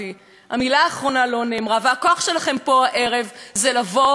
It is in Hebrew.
והכוח שלכם פה הערב זה לבוא ולהצביע נגד החוק הזה.